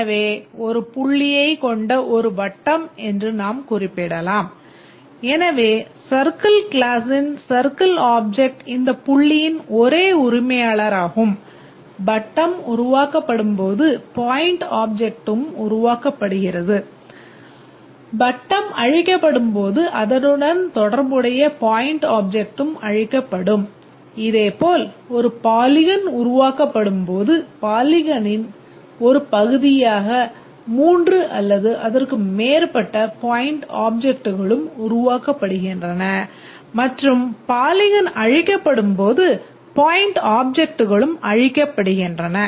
எனவே ஒரு புள்ளியைக் கொண்ட ஒரு வட்டம் உருவாக்கப்படும் போது பாலிகானின் ஒரு பகுதியாக மூன்று அல்லது அதற்கு மேற்பட்ட point ஆப்ஜெக்ட்களும் உருவாக்கப்படுகின்றன மற்றும் பாலிகன் அழிக்கப்படும் போது point ஆப்ஜெக்ட்களும் அழிக்கப்படுகின்றன